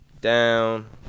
Down